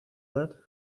that